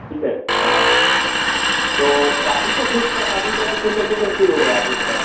ठीक है हाँ तो शादी तो फ़िक्स था शादी का तो फिर कैसे कैंसिल हो गया आप लोग का